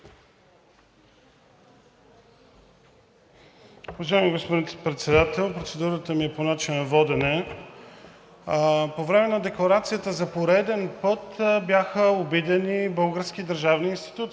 Уважаеми господин Председател, процедурата ми е по начина на водене. По време на декларацията за пореден път бяха обидени български държавни институции.